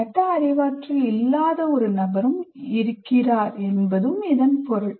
meta அறிவாற்றல் இல்லாத ஒரு நபரும் இருக்கிறார் என்பதும் இதன் பொருள்